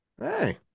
Hey